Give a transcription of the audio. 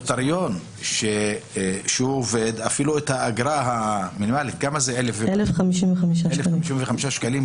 נוטריון שעובד ולא משלם 1,055 שקלים,